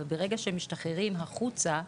וברגע שהם משתחררים החוצה,